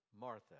Martha